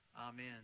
Amen